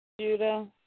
Judah